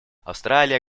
австралия